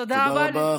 תודה רבה.